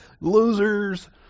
Losers